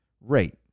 rate